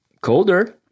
colder